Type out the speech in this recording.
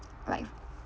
like